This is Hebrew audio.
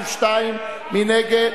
מי נגד?